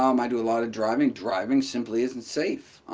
um i do a lot of driving driving simply isn't safe.